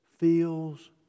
feels